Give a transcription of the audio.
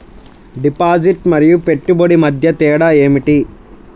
Deposit మరియు పెట్టుబడి మధ్య తేడా ఏమిటి?